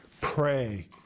pray